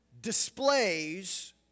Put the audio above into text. displays